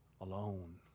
alone